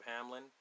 Hamlin